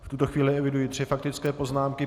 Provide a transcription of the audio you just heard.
V tuto chvíli eviduji tři faktické poznámky.